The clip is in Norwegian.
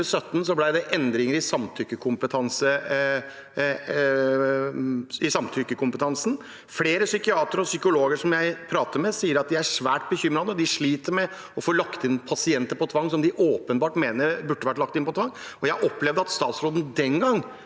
I 2017 ble det endringer i samtykkekompetansen. Flere psykiatere og psykologer som jeg prater med, sier at de nå er svært bekymret. De sliter med å få lagt inn pasienter på tvang som de åpenbart mener burde vært lagt inn på tvang. Jeg opplevde at statsråden den gang